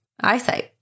eyesight